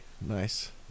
Nice